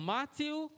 Matthew